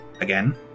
Again